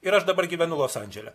ir aš dabar gyvenu los andžele